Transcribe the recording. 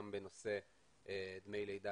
גם בנושא דמי לידה